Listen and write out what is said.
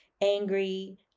angry